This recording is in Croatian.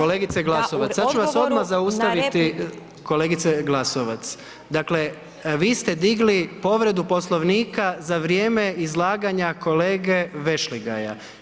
Kolegice, sada ću vas odmah zaustaviti, kolegice Glasovac dakle vi ste digli povredu Poslovnika za vrijeme izlaganja kolege Vešligaja.